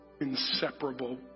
inseparable